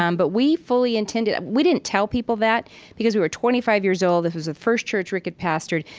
um but we fully intended we didn't tell people that because we were twenty five years old. it was the first church rick had pastored.